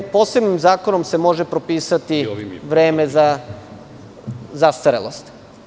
Posebnim zakonom se može propisati vreme za zastarelost.